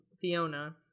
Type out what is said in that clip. Fiona